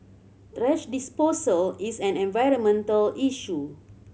thrash disposal is an environmental issue